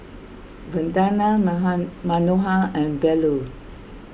Vandana Manohar and Bellur